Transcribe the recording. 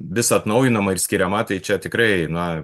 vis atnaujinama ir skiriama tai čia tikrai na